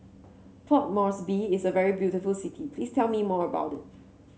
Port Moresby is a very beautiful city please tell me more about it